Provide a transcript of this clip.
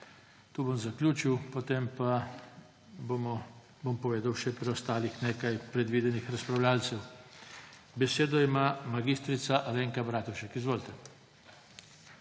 Tu bom zaključil, potem pa bom povedal še preostalih nekaj predvidenih razpravljavcev. Besedo ima mag. Alenka Bratušek. Izvolite.